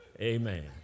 Amen